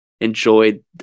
enjoyed